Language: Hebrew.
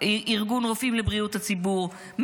ארגון רופאים לבריאות הציבור,